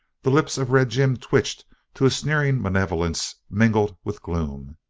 the lips of red jim twitched to a sneering malevolence mingled with gloom.